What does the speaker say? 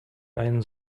einen